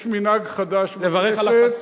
יש מנהג חדש בכנסת, לברך על החצי.